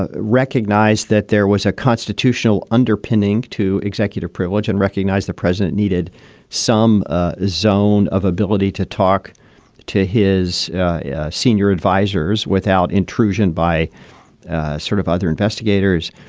ah recognized that there was a constitutional underpinning to executive privilege and recognized the president needed some ah zone of ability to talk to his senior advisers without intrusion by sort of other investigators,